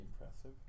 impressive